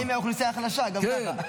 הם נלקחים מהאוכלוסייה החלשה גם ככה.